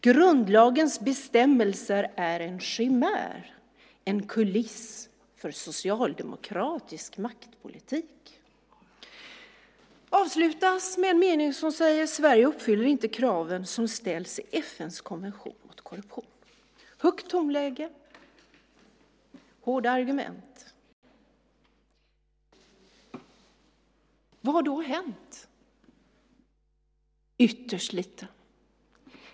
"Grundlagens bestämmelser är en chimär, en kuliss för socialdemokratisk maktpolitik." Det avslutas med en mening där följande sägs: "Sverige uppfyller inte kraven som ställs i FN:s konvention mot korruption." Det är ett högt tonläge, hårda argument. Vad har då hänt? Ytterst lite.